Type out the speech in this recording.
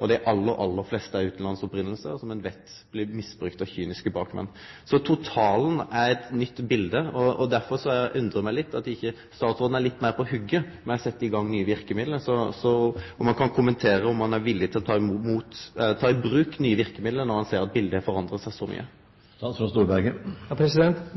ein veit blir misbrukte av kyniske bakmenn. Så totalen er eit nytt bilete. Derfor undrar det meg litt at ikkje statsråden er litt meir «på hugget» med å setje i gang nye verkemiddel. Kan statsråden kommentere om han er villig til å ta i bruk nye verkemiddel når han ser at biletet har forandra seg så mykje?